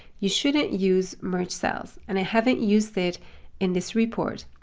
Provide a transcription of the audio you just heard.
you shouldn't use merge cells and i haven't used it in this report.